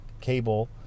cable